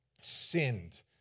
sinned